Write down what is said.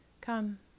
Come